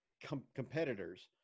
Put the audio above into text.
competitors